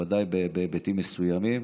בוודאי בהיבטים מסוימים